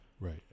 Right